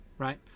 Right